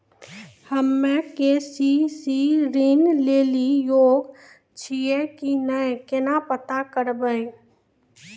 हम्मे के.सी.सी ऋण लेली योग्य छियै की नैय केना पता करबै?